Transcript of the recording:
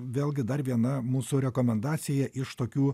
vėlgi dar viena mūsų rekomendacija iš tokių